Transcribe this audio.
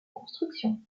construction